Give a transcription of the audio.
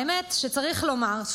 האמת שצריך לומר,